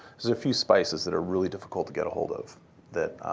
there's a few spices that are really difficult to get a hold of that